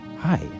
Hi